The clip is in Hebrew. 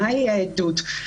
מהי העדות,